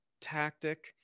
tactic